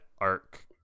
Arc